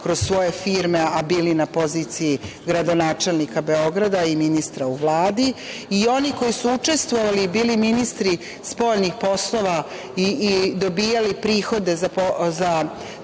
kroz svoje firme, a bili na poziciji gradonačelnika Beograda i ministra u Vladi? Oni koji su učestvovali i bili ministri spoljnih poslova i dobijali prihode za